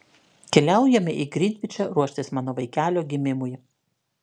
keliaujame į grinvičą ruoštis mano vaikelio gimimui